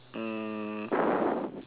um